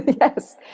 yes